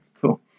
Cool